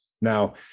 Now